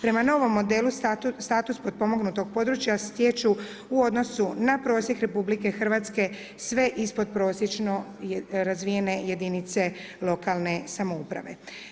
Prema novom modelu status potpomognutog područja stječu u odnosu na prosjek RH sve ispodprosječno razvijene jedinice lokalne samouprave.